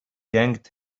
yanked